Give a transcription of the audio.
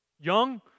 Young